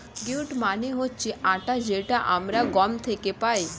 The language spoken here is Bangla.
হুইট মানে হচ্ছে আটা যেটা আমরা গম থেকে পাই